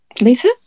Lisa